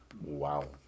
Wow